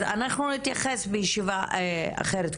אז, אנחנו נתייחס בישיבה אחרת.